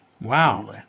Wow